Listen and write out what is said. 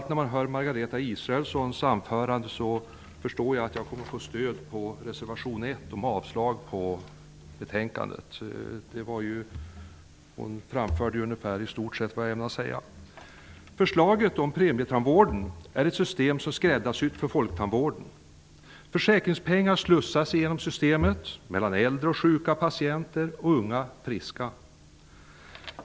När jag hörde Margareta Israelssons anförande förstod jag att jag kommer att få stöd för reservation 1 om avslag på betänkandet. Hon framförde i stort sett vad jag ämnar säga. Förslaget om premietandvården är ett system som är skräddarsytt för folktandvården. Försäkringspengar slussas igenom systemet mellan äldre och sjuka patienter och unga friska.